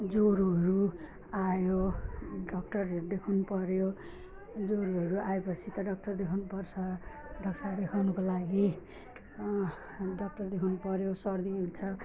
ज्वरोहरू आयो डाक्टरहरू देखाउनु पऱ्यो ज्वरोहरू आए पछि त डाक्टर देखाउनु पर्छ डाक्टर देखाउनुको लागि डाक्टर देखाउनु पऱ्यो सर्दी हुन्छ